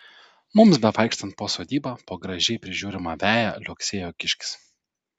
mums bevaikštant po sodybą po gražiai prižiūrimą veją liuoksėjo kiškis